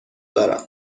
دارم